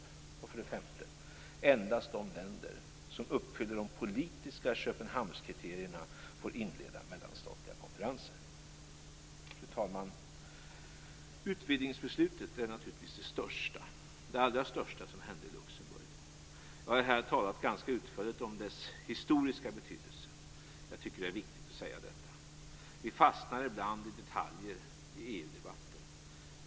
För det femte: Endast de länder som uppfyller de politiska Köpenhamnskriterierna får inleda mellanstatliga konferenser. Fru talman! Utvidgningsbeslutet är naturligtvis det allra största som hände i Luxemburg. Jag har här talat ganska utförligt om dess historiska betydelse. Jag tycker att det är viktigt att säga detta. Vi fastnar ibland i detaljer i EU-debatten.